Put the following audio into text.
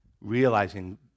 Realizing